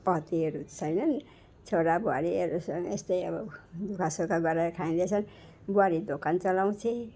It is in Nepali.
पतिहरू छैनन् छोराबुहारीहरू छन् यस्तै अब दुःखसुख गरेर खाइँदैछ बुहारी दोकान चलाउँछे